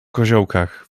koziołkach